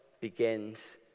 begins